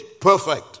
perfect